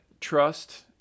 trust